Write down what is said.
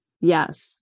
yes